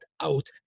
out